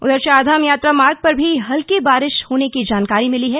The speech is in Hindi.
उधर चारधाम यात्रा मार्ग पर भी हल्की बारिश होने की जानकारी मिली है